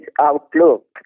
outlook